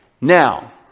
Now